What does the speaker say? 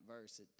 verse